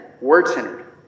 word-centered